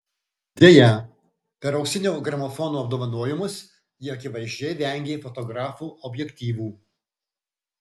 deja per auksinio gramofono apdovanojimus ji akivaizdžiai vengė fotografų objektyvų